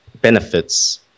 benefits